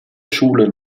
schulen